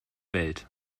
welt